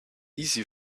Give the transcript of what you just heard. easy